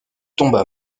tomba